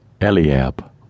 Eliab